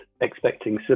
expecting